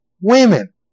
women